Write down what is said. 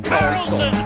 Carlson